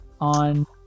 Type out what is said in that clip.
on